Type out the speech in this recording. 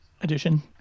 edition